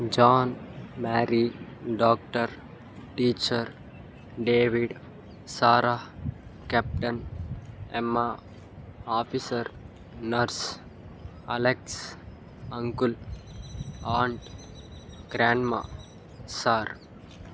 John Mary doctor teacher David Sarah captain Emma officer nurse Alex uncle aunt grandma sir